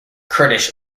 kurdish